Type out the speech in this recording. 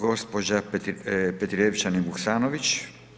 Gđa. Petrijevčanin Vuksanović.